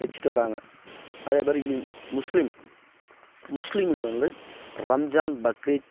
வச்சுட்டு வராங்க அதே மாதிரி முஸ்லீம் முஸ்லீம் வந்து ரம்ஜான் பக்ரீத்